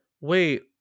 wait